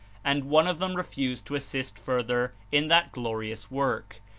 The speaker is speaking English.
and one of them re fused to assist further in that glorious work.